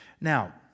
Now